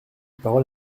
parole